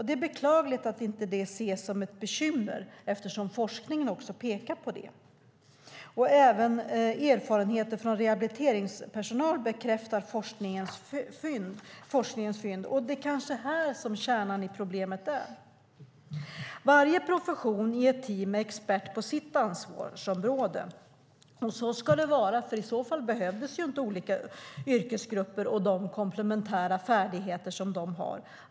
Det är beklagligt att det inte ses som ett bekymmer eftersom forskningen pekar på det. Även erfarenheter bland rehabiliteringspersonal bekräftar forskningens fynd. Det kanske är här som kärnan i problemen finns. Varje profession i ett team är expert på sitt ansvarsområde. Och så ska det vara, för annars behövs inte olika yrkesgrupper och de komplementära färdigheter som de har.